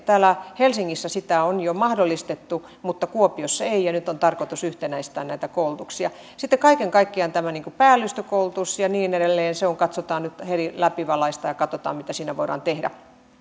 täällä helsingissä sitä on jo mahdollistettu mutta kuopiossa ei ja nyt on tarkoitus yhtenäistää näitä koulutuksia sitten kaiken kaikkiaan tämmöinen päällystökoulutus ja niin edelleen nyt läpivalaistaan ja katsotaan mitä siinä voidaan tehdä